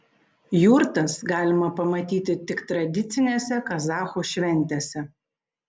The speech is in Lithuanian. jurtas galima pamatyti tik tradicinėse kazachų šventėse